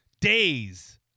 Days